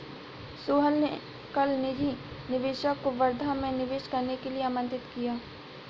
सोहन ने कल निजी निवेशक को वर्धा में निवेश करने के लिए आमंत्रित किया